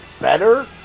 better